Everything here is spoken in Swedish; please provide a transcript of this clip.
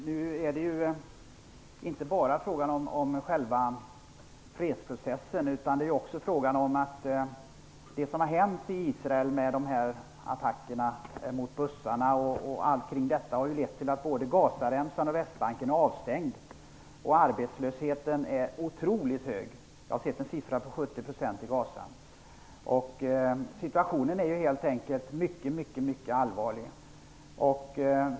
Fru talman! Det är nu inte bara fråga om själva fredsprocessen. Det som har hänt i Israel - attackerna mot bussar och allting kring detta - har ju lett till att både Gazaremsan och Västbanken är avstängda. Arbetslösheten är otroligt hög - jag har sett en siffra på 70 % i Gaza. Situationen är helt enkelt mycket, mycket allvarlig.